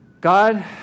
God